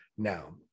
now